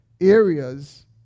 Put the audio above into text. areas